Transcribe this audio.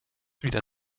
wieder